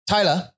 Tyler